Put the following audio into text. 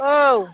औ